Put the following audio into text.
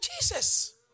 Jesus